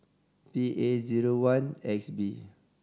P A zero one X B